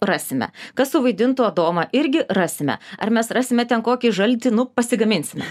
rasime kas suvaidintų adomą irgi rasime ar mes rasime ten kokį žaltį nu pasigaminsim